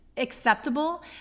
acceptable